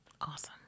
awesome